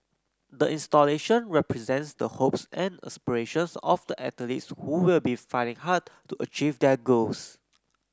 the installation represents the hopes and aspirations of the athletes who will be fighting hard to achieve their goals